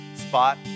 spot